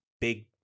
big